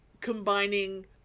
combining